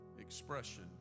expression